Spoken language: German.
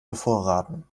bevorraten